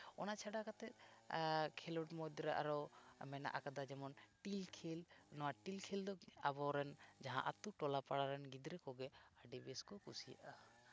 ᱚᱱᱟ ᱪᱷᱟᱰᱟ ᱠᱟᱛᱮ ᱠᱷᱮᱞᱳᱰ ᱢᱚᱫᱽᱫᱷᱮᱨᱮ ᱟᱨᱚ ᱢᱮᱱᱟᱜ ᱠᱟᱫᱟ ᱡᱮᱢᱚᱱ ᱴᱤᱞ ᱠᱷᱮᱞ ᱱᱚᱣᱟ ᱴᱤᱞ ᱠᱷᱮᱞ ᱫᱚ ᱟᱵᱚᱨᱮᱱ ᱡᱟᱦᱟᱸ ᱟᱛᱳ ᱴᱚᱞᱟ ᱯᱟᱲᱟ ᱨᱮᱱ ᱜᱤᱫᱽᱨᱟᱹ ᱠᱚᱜᱮ ᱟᱹᱰᱤ ᱵᱮᱥᱠᱚ ᱠᱩᱥᱤᱭᱟᱜᱼᱟ